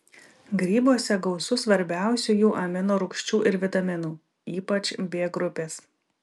grybuose gausu svarbiausiųjų amino rūgščių ir vitaminų ypač b grupės